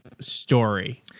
story